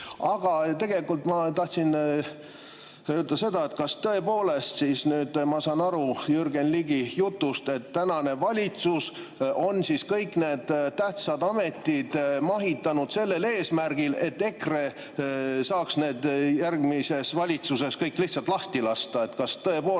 Aga tegelikult ma tahtsin öelda seda, et kas tõepoolest siis nüüd, nagu ma saan aru Jürgen Ligi jutust, on tänane valitsus need tähtsad ametid mahitanud sellel eesmärgil, et EKRE saaks need järgmises valitsuses kõik lihtsalt lahti lasta. Kas tõepoolest